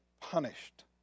punished